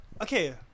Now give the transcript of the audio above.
okay